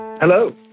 Hello